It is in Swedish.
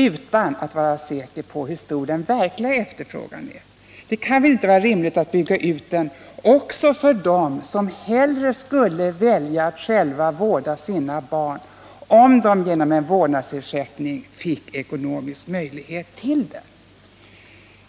utan att vara säker på hur stor den verkliga efterfrågan är? Det kan väl inte vara rimligt att bygga ut den också för dem som hellre skulle välja att själva vårda sina barn om de genom en vårdnadsersättning fick ekonomisk möjlighet till det?